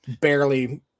Barely